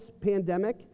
pandemic